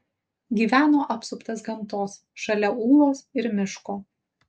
gyveno apsuptas gamtos šalia ūlos ir miško